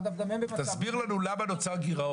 אגב גם הם במצב --- תסביר לנו למה נוצר גירעון,